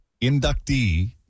inductee